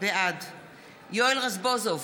בעד יואל רזבוזוב,